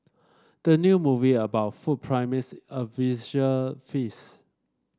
the new movie about food promise a visual feast